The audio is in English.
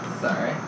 Sorry